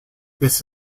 this